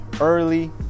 early